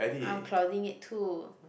I'm clouding it too